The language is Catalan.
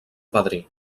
padrí